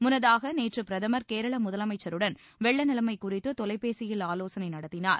முன்னதாக நேற்று பிரதமர் கேரள முதலமைச்சருடன் வெள்ள நிலைமை குறித்து தொலைபேசியில் ஆவோசனை நடத்தினார்